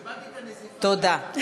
קיבלתי את הנזיפה באהבה.